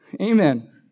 Amen